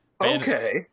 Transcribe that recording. Okay